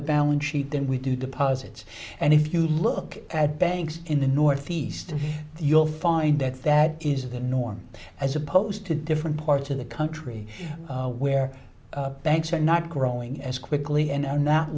the balance sheet than we do deposits and if you look at banks in the northeast you'll find that that is the norm as opposed to different parts of the country where banks are not growing as quickly and are not